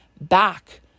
back